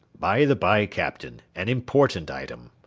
by the by, captain, an important item.